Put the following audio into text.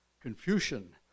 Confucian